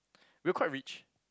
we quite rich